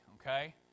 okay